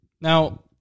Now